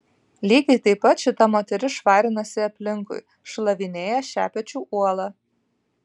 lygiai taip pat šita moteris švarinasi aplinkui šlavinėja šepečiu uolą